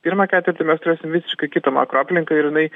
pirmą ketvirtį mes turėsim visiškai kitą makroaplinką ir jinai